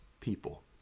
people